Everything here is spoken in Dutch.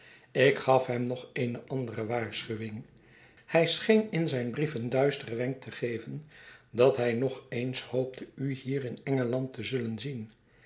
ik gaf hem nog eene andere waarschuwing hij scheen in zijn brief een duisteren wenk te geven dat hij nog eens hoopte u hier in engeland te zullen zien